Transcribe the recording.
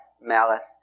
malice